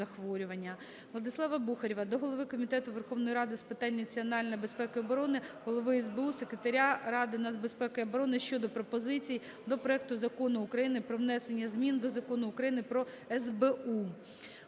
Владислава Бухарєва до Голови Комітету Верховної Ради з питань національної безпеки і оборони, Голови СБУ, Секретаря Ради нацбезпеки і оборони щодо пропозицій до проекту Закону України про внесення змін до Закону України про СБУ.